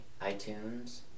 iTunes